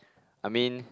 I mean